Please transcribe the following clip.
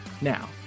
Now